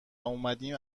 اومدیم